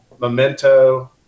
memento